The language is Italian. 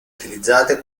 utilizzate